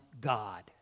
God